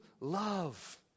love